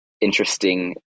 interesting